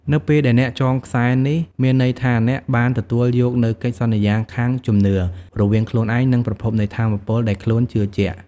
នៅពេលដែលអ្នកចងខ្សែនេះ មានន័យថាអ្នកបាន ទទួលយកនូវកិច្ចសន្យាខាងជំនឿ រវាងខ្លួនឯង និងប្រភពនៃថាមពលដែលខ្លួនជឿជាក់។